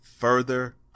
Further